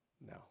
No